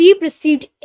received